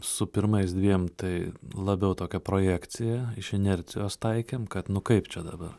su pirmais dviem tai labiau tokia projekcija iš inercijos taikėm kad nu kaip čia dabar